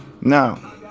Now